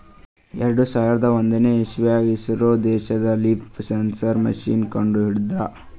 ಎರಡು ಸಾವಿರದ್ ಒಂದನೇ ಇಸವ್ಯಾಗ್ ಇಸ್ರೇಲ್ ದೇಶ್ ಲೀಫ್ ಸೆನ್ಸರ್ ಮಷೀನ್ ಕಂಡು ಹಿಡದ್ರ